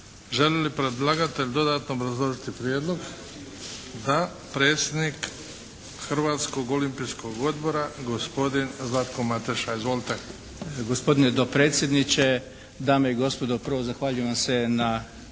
Želi li predlagatelj dodatno obrazložiti prijedlog? Da. Predsjednik Hrvatskog olimpijskog odbora gospodin Zlatko Mateša. Izvolite. **Mateša, Zlatko** Gospodine dopredsjedniče, dame i gospodo. Prvo zahvaljujem vam